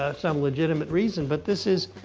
ah some legitimate reason? but this is,